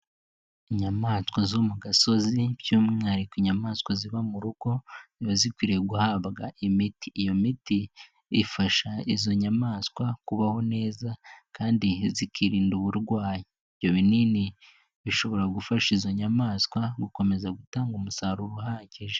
Inyamaswa zo mu gasozi by'umwihariko inyamaswa ziba mu rugo ziba zikwiriye guhabwa imiti, iyo miti ifasha izo nyamaswa kubaho neza kandi zikirinda uburwayi, ibyo binini bishobora gufasha izo nyamaswa gukomeza gutanga umusaruro uhagije.